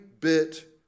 bit